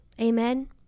Amen